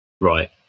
Right